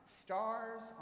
stars